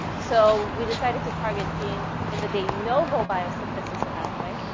so we decided to target genes in the de novo biosynthesis pathway,